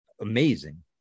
amazing